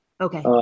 Okay